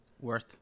Worth